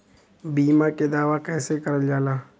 बीमा के दावा कैसे करल जाला?